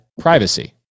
privacy